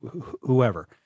whoever